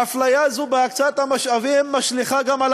האפליה הזאת בהקצאת המשאבים משליכה גם על